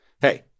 Hey